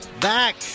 Back